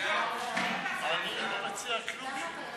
אני לא מציע כלום.